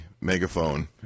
megaphone